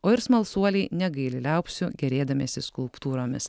o ir smalsuoliai negaili liaupsių gėrėdamiesi skulptūromis